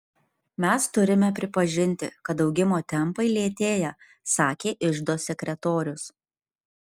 mes turime pripažinti kad augimo tempai lėtėja sakė iždo sekretorius